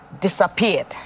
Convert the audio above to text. Disappeared